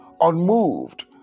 unmoved